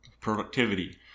productivity